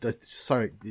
sorry